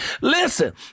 Listen